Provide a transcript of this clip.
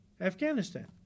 Afghanistan